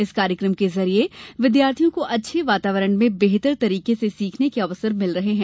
इस कार्यकम के जरिए विद्यार्थियों को अच्छे वातावरण में बेहतर तरीके से सीखने के अवसर भिल रहे हैं